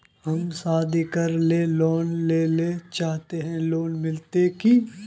हम शादी करले लोन लेले चाहे है लोन मिलते की?